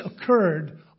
occurred